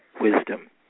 wisdom